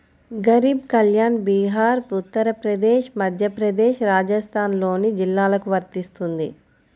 గరీబ్ కళ్యాణ్ బీహార్, ఉత్తరప్రదేశ్, మధ్యప్రదేశ్, రాజస్థాన్లోని జిల్లాలకు వర్తిస్తుంది